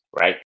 right